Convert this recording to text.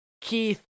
Keith